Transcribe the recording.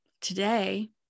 today